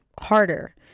harder